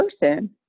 person